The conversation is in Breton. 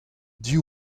div